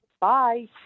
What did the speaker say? Bye